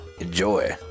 Enjoy